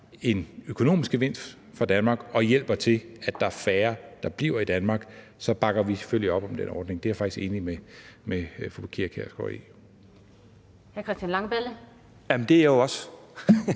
en økonomisk gevinst for Danmark og hjælper til, at der er færre, der bliver i Danmark, bakker vi selvfølgelig op om den ordning. Det er jeg faktisk enig med fru Pia Kjærsgaard i.